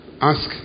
ask